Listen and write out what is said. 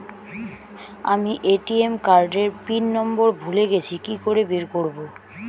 আমি ATM card এর PIN number ভুলে গেছি কি করে বের করব?